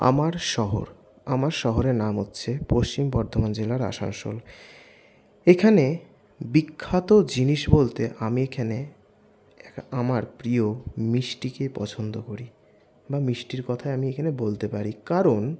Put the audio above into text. আমার শহর আমার শহরের নাম হচ্ছে পশ্চিম বর্ধমান জেলার আসানসোল এখানে বিখ্যাত জিনিস বলতে আমি এখানে আমার প্রিয় মিষ্টিকে পছন্দ করি বা মিষ্টির কথা আমি এখানে বলতে পারি কারণ